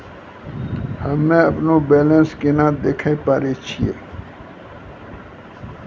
हम्मे अपनो बैलेंस केना देखे पारे छियै?